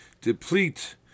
deplete